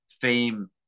fame